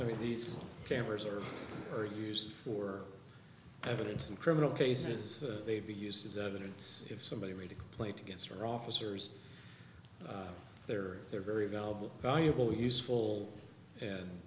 way these cameras are are used for evidence in criminal cases they've used as evidence if somebody made a complaint against your officers there they're very valuable valuable useful and